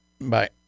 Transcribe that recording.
Bye